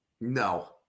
No